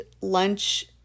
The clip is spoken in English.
lunch